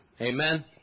Amen